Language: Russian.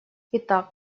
итак